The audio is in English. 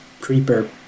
creeper